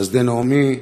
"חסדי נעמי",